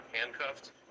handcuffed